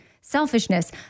selfishness